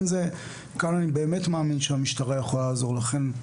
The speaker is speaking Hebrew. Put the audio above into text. כאן אני באמת מאמין שהמשטרה יכולה לעזור לכם.